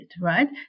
Right